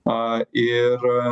na ir